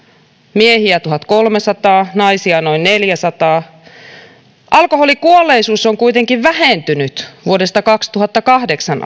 miehiä tuhatkolmesataa naisia noin neljäsataa alkoholikuolleisuus on kuitenkin vähentynyt vuodesta kaksituhattakahdeksan